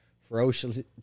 ferociously